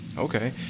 Okay